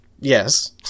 Yes